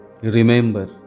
Remember